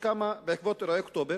שקמה בעקבות אירועי אוקטובר